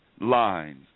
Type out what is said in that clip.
lines